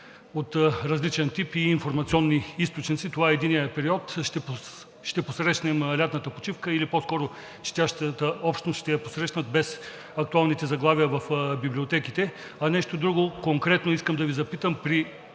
от различен тип и информационни източници, това е единият период, ще посрещнем лятната почивка, или по-скоро четящата общност, ще я посрещнат без актуалните заглавия в библиотеките. А нещо друго конкретно искам да Ви запитам: при